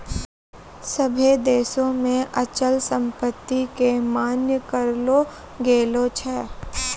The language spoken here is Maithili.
सभ्भे देशो मे अचल संपत्ति के मान्य करलो गेलो छै